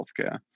healthcare